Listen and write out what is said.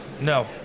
No